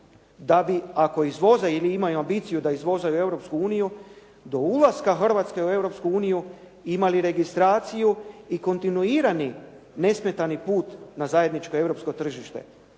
da bi ako izvoze ili imaju ambiciju da izvoze u Europsku uniju, do ulaska Hrvatske u Europsku uniju imali registraciju i kontinuirani nesmetani put na zajedničko europsko tržište.